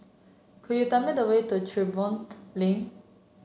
could you tell me the way to Tiverton Lane